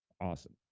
Awesome